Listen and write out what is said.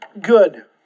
Good